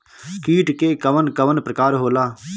कीट के कवन कवन प्रकार होला?